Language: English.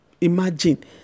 imagine